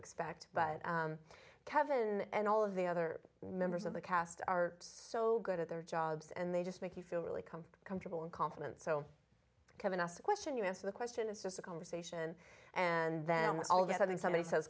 expect but kevin and all of the other members of the cast are so good at their jobs and they just make you feel really come comfortable and confident so kevin asked a question you answer the question it's just a conversation and then we all get i think somebody says